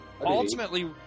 ultimately